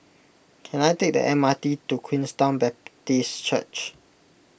can I take the M R T to Queenstown Baptist Church